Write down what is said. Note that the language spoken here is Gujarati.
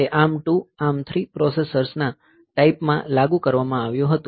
તે ARM 2 ARM 3 પ્રોસેસર્સના ટાઈપ માં લાગુ કરવામાં આવ્યું હતું